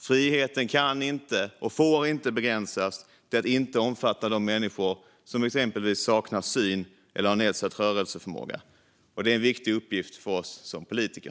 Friheten kan inte och får inte begränsas till att inte omfatta de människor som exempelvis saknar syn eller har nedsatt rörelseförmåga. Det är en viktig uppgift för oss som politiker.